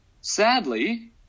Sadly